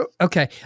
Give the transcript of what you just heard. Okay